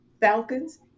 Falcons